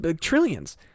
trillions